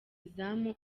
izamu